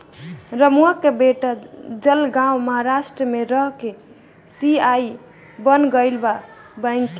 रमुआ के बेटा जलगांव महाराष्ट्र में रह के सी.ए बन गईल बा बैंक में